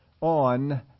on